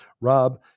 Rob